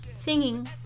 Singing